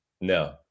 No